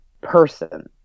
person